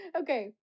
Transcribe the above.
Okay